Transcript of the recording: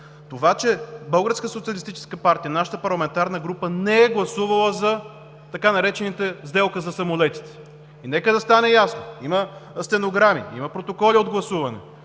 партия, нашата парламентарна група не е гласувала за така наречената сделка за самолетите. Нека да стане ясно – има стенограми, има протоколи от гласуване,